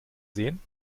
sehen